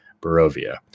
Barovia